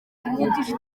ryihutisha